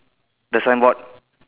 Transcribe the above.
the sign board